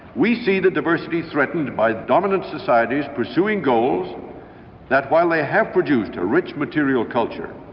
we see the diversity threatened by dominant societies pursuing goals that, while they have produced a rich material culture,